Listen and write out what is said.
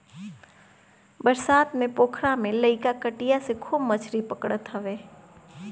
बरसात में पोखरा में लईका कटिया से खूब मछरी पकड़त हवे